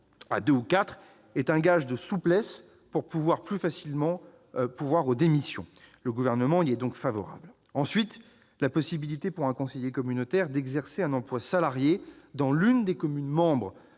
quatre, est un gage de souplesse permettant de pourvoir plus facilement aux démissions. Le Gouvernement y est donc favorable. Ensuite, la possibilité pour un conseiller communautaire d'exercer un emploi salarié dans l'une des communes membres